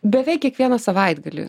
beveik kiekvieną savaitgalį